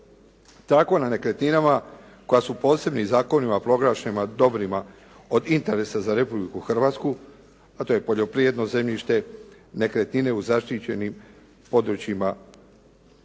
Tako na nekretninama koja su posebnim zakonima proglašena dobrima od interesa za Republiku Hrvatsku, a to je poljoprivredno zemljište, nekretnine u zaštićenim područjima,